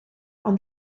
ond